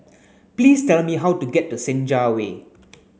please tell me how to get to Senja Way